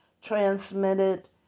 Transmitted